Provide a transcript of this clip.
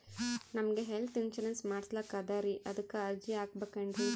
ನಮಗ health insurance ಮಾಡಸ್ಲಾಕ ಅದರಿ ಅದಕ್ಕ ಅರ್ಜಿ ಹಾಕಬಕೇನ್ರಿ?